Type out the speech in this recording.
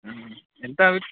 ఎంత అవి